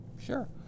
Sure